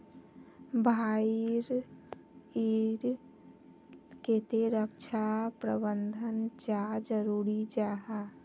भाई ईर केते रक्षा प्रबंधन चाँ जरूरी जाहा?